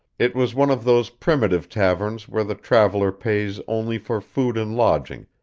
it was one of those primitive taverns where the traveller pays only for food and lodging,